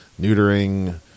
neutering